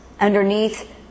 underneath